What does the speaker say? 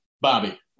Bobby